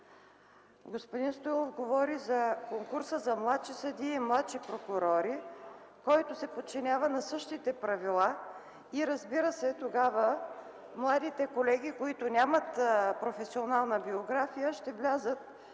Господин Стоилов говори за конкурса за младши съдии и младши прокурори, който се подчинява на същите правила. Тогава младите колеги, които нямат професионална биография, ще влязат